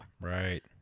Right